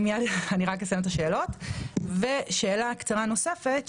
ושאלה נוספת,